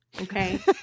Okay